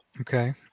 Okay